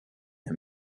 him